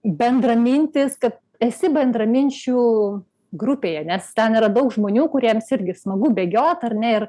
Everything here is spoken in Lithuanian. bendramintis kad esi bendraminčių grupėje nes ten yra daug žmonių kuriems irgi smagu bėgiot ar ne ir